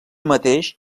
mateix